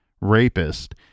rapist